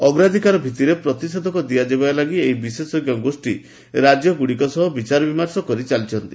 ଅଗ୍ରାଧିକାର ଭିଭିରେ ପ୍ରତିଷେଧକ ଦିଆଯିବା ଲାଗି ଏହି ବିଶେଷଜ୍ଞ ଗୋଷୀ ରାଜ୍ୟଗୁଡ଼ିକ ସହ ବିଚାର ବିମର୍ଷ କରି କାର୍ଯ୍ୟ ଚଳାଇଛନ୍ତି